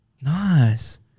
Nice